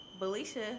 Belisha